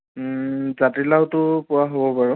জাতি লাউটো পোৱা হ'ব বাৰু